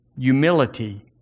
humility